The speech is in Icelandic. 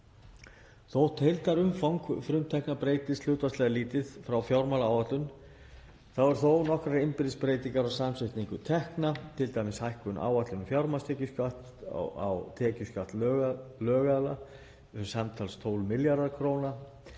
Þótt heildarumfang frumtekna breytist hlutfallslega lítið frá fjármálaáætlun eru þó nokkrar innbyrðisbreytingar á samsetningu tekna, t.d. hækkuð áætlun um fjármagnstekjuskatt á tekjuskatt lögaðila, samtals 12 milljarðar kr.,